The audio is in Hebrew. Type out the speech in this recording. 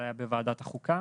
זה היה בוועדת החוקה.